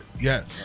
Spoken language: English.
Yes